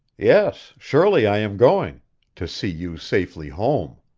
yes, surely i am going to see you safely home.